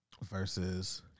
versus